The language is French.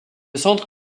centre